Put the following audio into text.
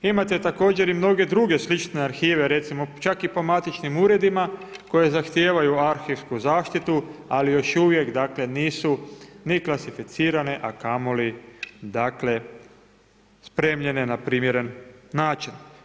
Imate također i mnoge druge slične arhive, recimo čak i po matičnim uredima koje zahtijevaju arhivsku zaštitu ali još uvijek, dakle nisu ni klasificirane a kamoli dakle spremljene na primjeren način.